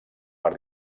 per